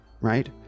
right